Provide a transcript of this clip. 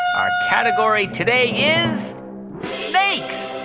our category today is snakes.